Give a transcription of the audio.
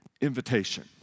invitation